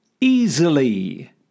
easily